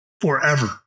forever